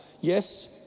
Yes